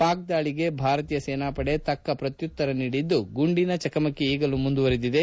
ಪಾಕ್ ದಾಳಿಗೆ ಭಾರತೀಯ ಸೇನಾಪಡೆ ತಕ್ಷ ಶ್ರತ್ಯುತ್ತರ ನೀಡಿದ್ದು ಗುಂಡಿನ ಚಕಮಕಿ ಈಗಲೂ ಮುಂದುವರೆದಿದೆ